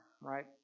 right